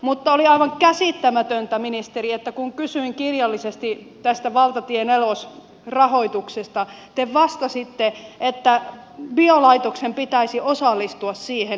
mutta oli aivan käsittämätöntä ministeri että kun kysyin kirjallisesti tästä valtatie nelosen rahoituksesta te vastasitte että biolaitoksen pitäisi osallistua siihen